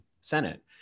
senate